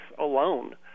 alone